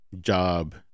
job